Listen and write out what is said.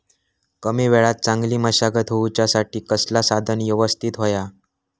कमी वेळात चांगली मशागत होऊच्यासाठी कसला साधन यवस्तित होया?